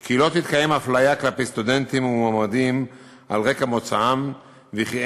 כי לא תתקיים אפליה כלפי סטודנטים ומועמדים על רקע מוצאם וכי